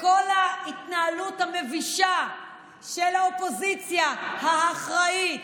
וכל ההתנהלות המבישה של האופוזיציה ה"אחראית"